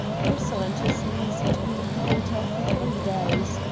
pearsall and his niece had been at the hotel for three days.